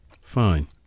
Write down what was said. Fine